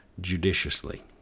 judiciously